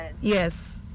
Yes